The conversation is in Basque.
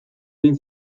egin